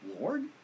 Lord